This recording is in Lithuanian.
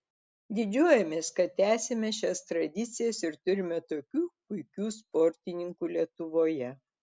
didžiuojamės kad tęsiame šias tradicijas ir turime tokių puikių sportininkų lietuvoje